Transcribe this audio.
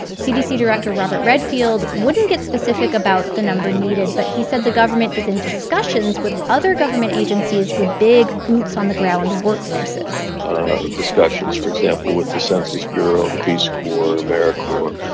cdc director robert redfield wouldn't get specific about the number needed, but he said the government is in discussions with other government agencies with big, boots-on-the-ground workforces workforces discussions, for example, with the census bureau, the peace corps, americorps.